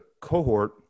cohort –